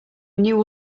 new